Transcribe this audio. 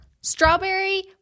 strawberry